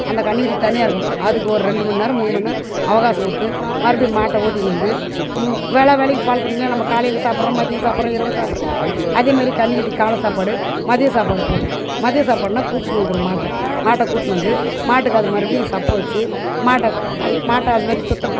அந்த கன்றுக்குட்டி தனியாக இருக்கும் அதுக்கு ஒரு ரெண்டு மணி நேரம் மூணு மணி நேரம் அவகாசம் கொடுத்து மறுபடி மாட்டை ஓட்டிகின்னு வந்து வேளா வேளைக்கு பால் குடிக்கணும் நம்ம காலையில் சாப்பிட்றோம் மதியம் சாப்பிட்றோம் இரவு சாப்பிட்றோம் இல்லையா அதேமாரி கன்றுக்குட்டிக்குக் காலை சாப்பாடு மதியம் சாப்பாடு போடுவோம் மதியம் சாப்பாடுனால் கூட்டுனு வந்துடுவோம் மாட்டை மாட்டை கூட்டினு வந்து மாட்டுக்கு அதை மறுபடியும் சப்ப வச்சு மாட்டை அந்த மாட்டை அதுமாதிரி சுத்தம்